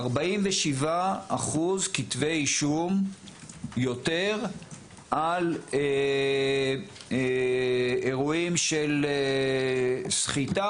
47% כתבי אישום יותר על אירועים של סחיטה,